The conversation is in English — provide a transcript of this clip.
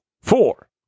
four